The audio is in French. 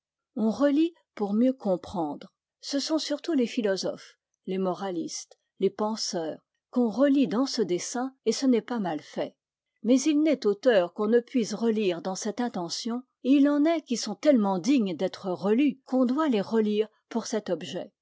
on relit pour mieux comprendre ce sont surtout les philosophes les moralistes les penseurs qu'on relit dans ce dessein et ce n'est pas mal fait mais il n'est auteur qu'on ne puisse relire dans cette intention et il en est qui sont tellement dignes d'être relus qu'on doit les relire pour cet objet